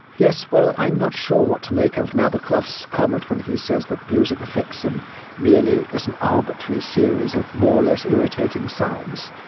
yes, well, i'm not sure what to make of nabokov's comment when he says that music affects him merely as an arbitrary series of more or less irritating sounds.